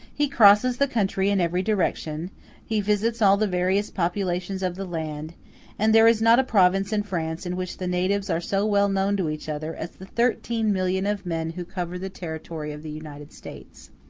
he crosses the country in every direction he visits all the various populations of the land and there is not a province in france in which the natives are so well known to each other as the thirteen million of men who cover the territory of the united states.